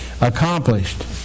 accomplished